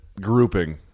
grouping